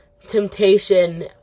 temptation